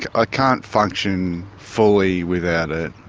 ah can't function fully without it,